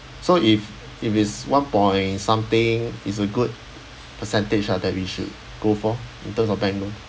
so if if it's one point something is a good percentage ah that we should go for in terms of bank loan